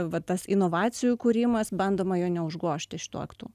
va tas inovacijų kūrimas bandoma jo neužgožti šituo aktu